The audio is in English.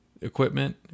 equipment